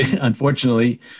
unfortunately